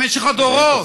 במשך הדורות.